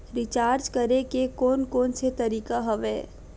Recharge करे के कोन कोन से तरीका हवय?